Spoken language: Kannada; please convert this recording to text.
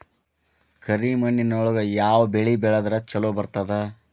ಕರಿಮಣ್ಣೊಳಗ ಯಾವ ಬೆಳಿ ಬೆಳದ್ರ ಛಲೋ ಬರ್ತದ?